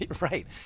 Right